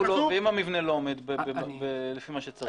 אם המבנה לא עומד במה שצריך?